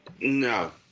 No